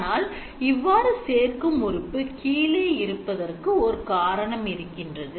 ஆனால் இவ்வாறு சேர்க்கும் உறுப்பு கீழே இருப்பதற்கு ஓர் காரணம் இருக்கின்றது